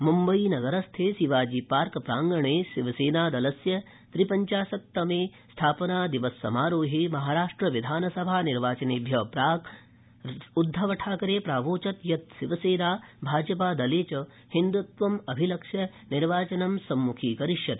मुम्बई नगरस्थे शिवाजी पार्क प्राङ्गणे शिवसेनादलस्य त्रिपञ्चाशत् तमे स्थापनादिवस समारोहे महाराष्ट्रविधानसभानिर्वाचनेभ्य प्राक् अनुमोक्तं यत् शिवसेना भाजपादले च हिन्दृत्वम् अभिलक्ष्य निर्वाचनं सम्मुखी करिष्यत